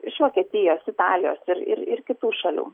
iš vokietijos italijos ir ir ir kitų šalių